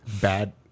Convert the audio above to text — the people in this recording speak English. bad